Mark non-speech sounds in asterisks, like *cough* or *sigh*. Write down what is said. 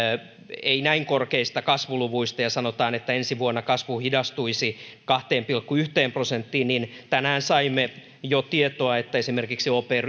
ei näin korkeista kasvuluvuista ja sanotaan että ensi vuonna kasvu hidastuisi kahteen pilkku yhteen prosenttiin niin tänään saimme jo tietoa että esimerkiksi op *unintelligible*